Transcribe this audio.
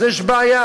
אז יש בעיה.